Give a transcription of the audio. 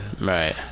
right